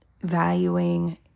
valuing